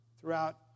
throughout